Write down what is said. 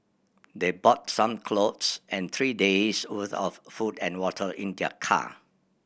they brought some clothes and three days' worth of food and water in their car